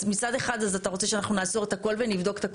אז מצד אחד אתה רוצה שאנחנו נעצור את הכל ונבדוק את הכל?